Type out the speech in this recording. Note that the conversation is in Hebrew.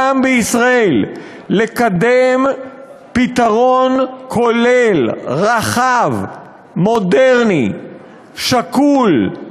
גם בישראל, לקדם פתרון כולל, רחב, מודרני, שקול,